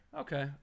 Okay